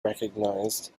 recognized